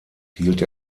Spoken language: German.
hielt